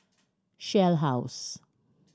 Shell House